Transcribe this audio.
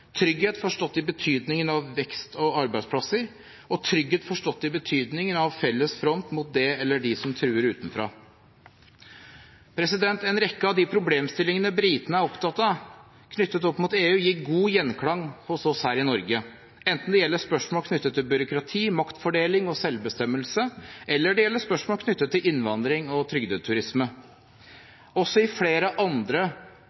trygghet å gjøre – trygghet i betydningen vekst og arbeidsplasser og trygghet i betydningen felles front mot det eller dem som truer utenfra. En rekke av de problemstillingene britene er opptatt av knyttet opp mot EU, gir god gjenklang hos oss her i Norge, enten det gjelder spørsmål knyttet til byråkrati, maktfordeling og selvbestemmelse eller det gjelder spørsmål knyttet til innvandring og trygdeturisme. Også i flere andre